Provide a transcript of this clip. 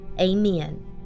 amen